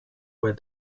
where